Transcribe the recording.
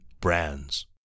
brands